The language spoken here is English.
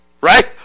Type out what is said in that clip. Right